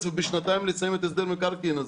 ובשנתיים לסיים את הסדר המקרקעין הזה.